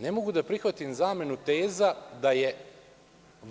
Ne mogu da prihvatim zamenu teza da je